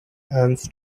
alms